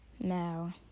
Now